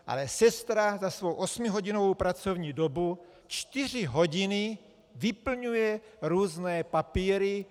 Ale sestra za svou osmihodinovou pracovní dobu čtyři hodiny vyplňuje různé papíry.